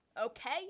Okay